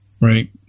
right